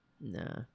Nah